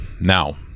Now